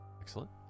excellent